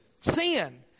sin